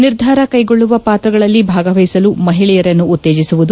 ನಿರ್ಧಾರ ಕೈಗೊಳ್ಳುವ ಪಾತ್ರಗಳಲ್ಲಿ ಭಾಗವಹಿಸಲು ಮಹಿಳೆಯರನ್ನು ಉತ್ತೇಜಿಸುವುದು